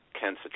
cancer